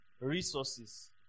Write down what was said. resources